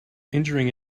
injuring